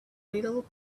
little